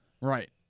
Right